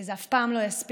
וזה אף פעם לא יספיק.